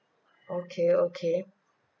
okay okay